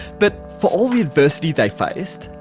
but for all the adversity they faced,